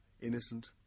innocent